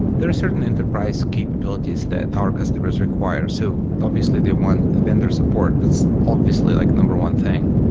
there are certain enterprise capabilities that our customers require. so obviously they want a vendor support. that's obviously like number one thing.